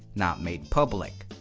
not made public,